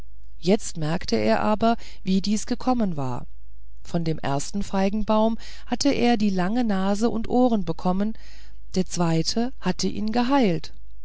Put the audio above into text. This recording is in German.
jetzt merkte er aber wie dies gekommen war von dem ersten feigenbaum hatte er die lange nase und ohren bekommen der zweite hatte ihn geheilt